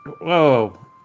Whoa